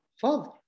Father